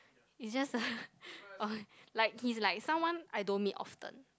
he's just a like like he's someone I don't meet often